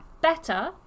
better